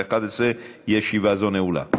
אין מתנגדים, אין נמנעים.